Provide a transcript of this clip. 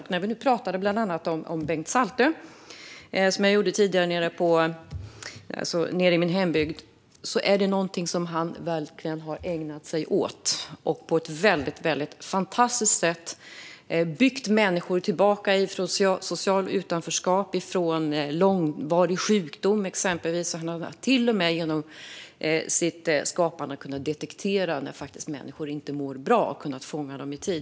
Jag pratade tidigare om Bengt Saltö, nere i min hembygd. Detta är någonting som han verkligen har ägnat sig åt. Han har på ett fantastiskt sätt byggt upp människor så att de har kunnat komma tillbaka från exempelvis socialt utanförskap och långvarig sjukdom. Han har till och med genom sitt skapande kunnat detektera när människor inte mår bra och kunnat fånga dem i tid.